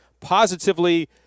positively